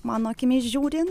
mano akimis žiūrint